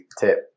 tip